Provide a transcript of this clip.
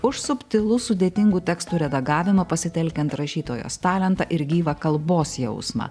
už subtilų sudėtingų tekstų redagavimą pasitelkiant rašytojos talentą ir gyvą kalbos jausmą